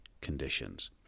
conditions